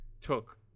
took